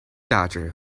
dodger